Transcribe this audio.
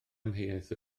amheuaeth